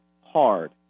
hard